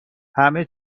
همه